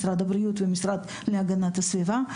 משרד הבריאות והמשרד להגנת הסביבה.